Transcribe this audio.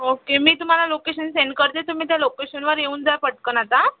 okay मी तुम्हाला location send करते तुम्ही त्या लोकेशनवर येऊन जा पटकन आता